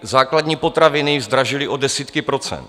Základní potraviny zdražily o desítky procent.